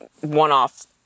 one-off